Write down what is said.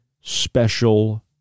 special